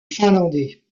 finlandais